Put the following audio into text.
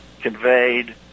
conveyed